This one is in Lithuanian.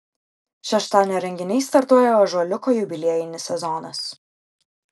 šeštadienio renginiais startuoja ąžuoliuko jubiliejinis sezonas